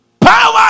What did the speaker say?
Power